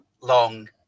long